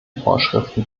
vorschriften